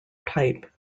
type